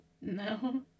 No